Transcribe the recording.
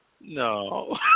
No